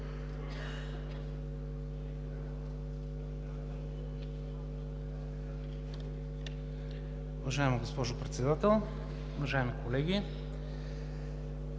Уважаема госпожо Председател, уважаеми дами